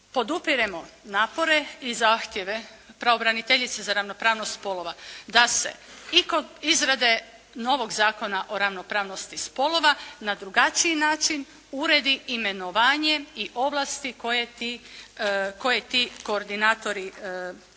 Podupiremo napore i zahtjeve Pravobraniteljice za ravnopravnost spolova da se, i kod izrade novog Zakona o ravnopravnosti spolova na drugačiji način uredi imenovanje i ovlasti koje ti koordinatori imaju,